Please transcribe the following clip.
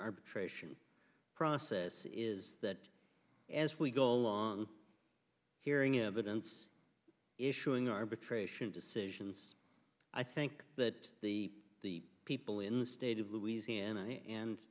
arbitration process is that as we go along hearing evidence issuing arbitration decisions i think that the the people in the state of louisiana and